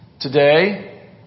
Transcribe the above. Today